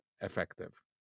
effective